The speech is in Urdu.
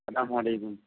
سلام علیکم